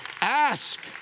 Ask